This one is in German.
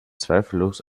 zweifellos